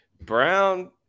Brown